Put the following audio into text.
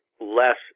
less